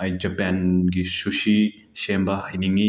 ꯑꯩ ꯖꯄꯦꯟꯒꯤ ꯁꯨꯁꯤ ꯁꯦꯝꯕ ꯍꯩꯅꯤꯡꯏ